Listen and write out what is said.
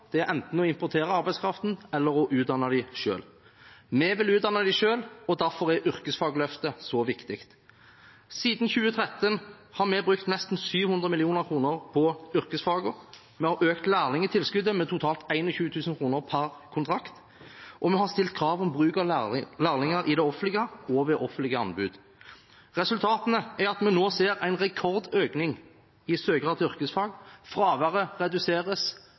enten å importere arbeidskraften eller å utdanne den selv. Vi vil utdanne den selv. Derfor er yrkesfagløftet så viktig. Siden 2013 har vi brukt nesten 700 mill. kr på yrkesfagene. Vi har økt lærlingtilskuddet med totalt 21 000 kr per kontrakt, og vi har stilt krav om bruk av lærlinger i det offentlige og ved offentlige anbud. Resultatene er at vi nå ser en rekordøkning i antall søkere til yrkesfag, fraværet reduseres,